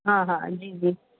हा हा जी जी